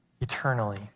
eternally